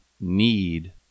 need